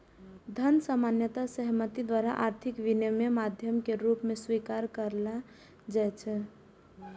धन सामान्य सहमति द्वारा आर्थिक विनिमयक माध्यम के रूप मे स्वीकारल जाइ छै